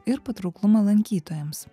ir patrauklumą lankytojams